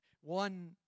one